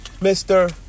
Mister